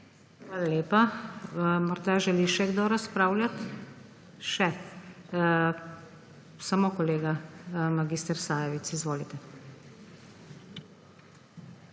Hvala lepa. Morda želi še kdo razpravljati? (Da.) Še. Samo kolega mag. Sajovic. Izvolite.